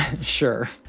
Sure